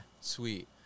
sweet